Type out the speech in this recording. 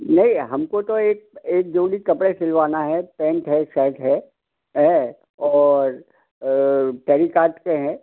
नहीं हमको तो एक एक जोड़ी कपड़े सिलवाना है पैंट है एक शर्ट है हैं और टेरीकाट के हैं